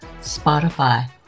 Spotify